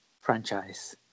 franchise